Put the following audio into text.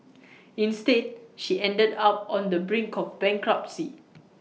instead she ended up on the brink of bankruptcy